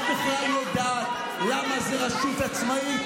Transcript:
את בכלל יודעת למה זה רשות עצמאית?